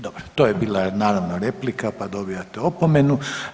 Dobro, to je bila, naravno, replika, pa dobivate opomenu.